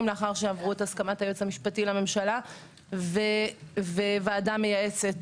לאחר שעברו את הסכמת היועץ המשפטי לממשלה וועדה מייעצת,